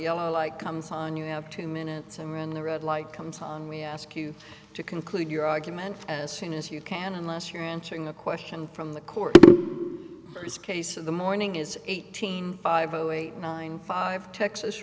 yellow light comes on you have two minutes and we're in the red light comes on we ask you to conclude your argument as soon as you can unless you're answering a question from the court case in the morning is eighteen five zero eight nine five texas